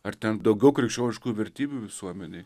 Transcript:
ar ten daugiau krikščioniškų vertybių visuomenėje